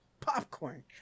popcorn